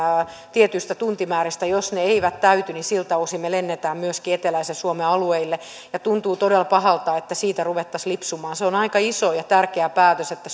tietyistä tuntimääristä että siltä osin jos ne eivät täyty niin me lennämme myöskin eteläisen suomen alueille tuntuu todella pahalta että siitä ruvettaisiin lipsumaan on aika iso ja tärkeä päätös että